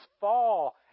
fall